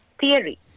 theory